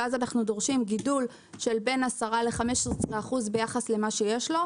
ואז נחנו דורשים גידול של בין 10% ל-15% ביחס למה שיש לו.